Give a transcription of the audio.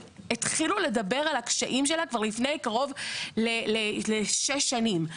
שהתחילו לדבר על הקשיים שלה כבר לפני קרוב לשש שנים.